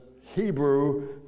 Hebrew